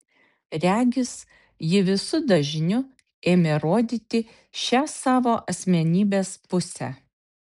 regis ji visu dažniu ėmė rodyti šią savo asmenybės pusę